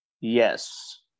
Yes